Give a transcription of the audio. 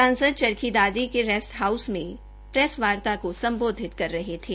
सांसद चरखी दादरी के rest house में प्रेस वार्ता को संबोधित कर रहे थे